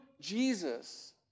Jesus